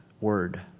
word